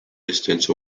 distance